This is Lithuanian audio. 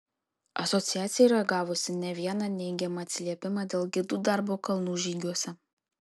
asociacija yra gavusi ne vieną neigiamą atsiliepimą dėl gidų darbo kalnų žygiuose